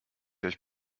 euch